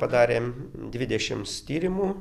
padarėm dvidešims tyrimų